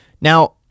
Now